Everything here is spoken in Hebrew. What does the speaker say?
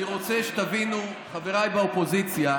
אני רוצה שתבינו, חבריי באופוזיציה,